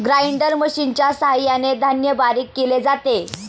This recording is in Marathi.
ग्राइंडर मशिनच्या सहाय्याने धान्य बारीक केले जाते